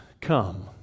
Come